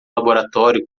laboratório